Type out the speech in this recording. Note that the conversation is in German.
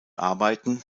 arbeiten